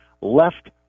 left